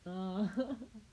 ah